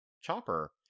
chopper